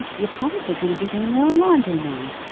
you're probably going to be doing your own laundry now.